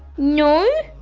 no!